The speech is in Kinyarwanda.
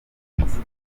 wagenze